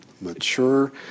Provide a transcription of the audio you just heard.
Mature